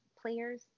players